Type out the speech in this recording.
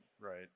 right